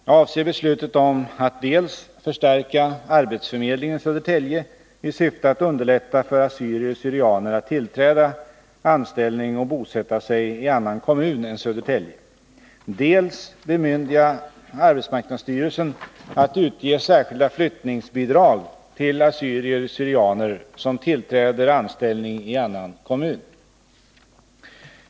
Jag avser beslutet om att dels förstärka arbetsförmedlingen i Södertälje i syfte att underlätta för assyrier syrianer som tillträder anställning i annan kommun.